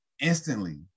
instantly